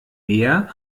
meer